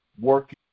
working